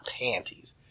panties